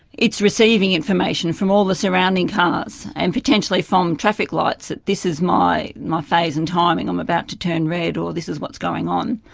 it's receiving information from all the surrounding cars and potentially from traffic lights, that this is my my phase and timing and i'm about to turn red or this is what's going on.